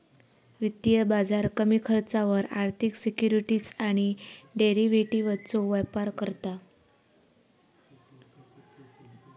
वित्तीय बाजार कमी खर्चावर आर्थिक सिक्युरिटीज आणि डेरिव्हेटिवजचो व्यापार करता